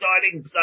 starting